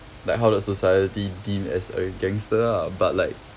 like how the society deem as a gangster lah but like